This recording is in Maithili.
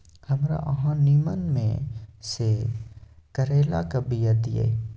हमरा अहाँ नीमन में से करैलाक बीया दिय?